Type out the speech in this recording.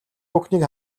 бүхнийг